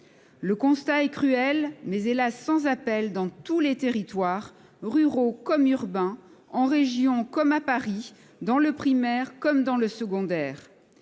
Le constat est cruel, mais, hélas ! sans appel sur tous les territoires, ruraux comme urbains, en région comme à Paris, dans le primaire comme dans le secondaire